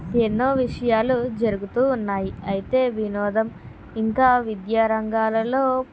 ఎన్నో విషయాలు జరుగుతూ ఉన్నాయి అయితే వినోదం ఇంకా విద్యారంగాలలో